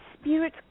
spirit